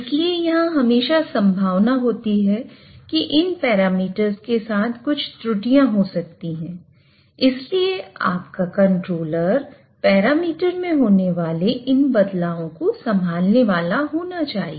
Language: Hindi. इसलिए यहां हमेशा संभावना होती है की इन पैरामीटर्स के साथ कुछ त्रुटियां हो सकती हैं इसलिए आपका कंट्रोलर पैरामीटर में होने वाले इन बदलावों को संभालने वाला होना चाहिए